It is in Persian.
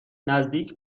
نزدیک